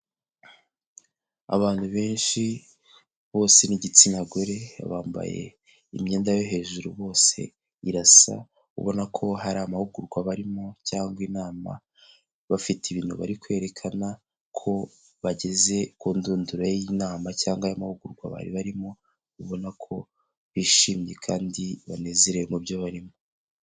Abantu benshi, bose ni igitsina gore, bambaye imyenda yo hejuru bose irasa ubona ko hari amahugurwa barimo cyangwa inama, bafite ibintu bari kwerekana ko bageze ku ndunduro y'inama cyangwa y'amahugurwa bari barimo, ubona ko bishimye kandi banezerewe mu byo barimo.